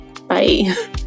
bye